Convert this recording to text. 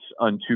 unto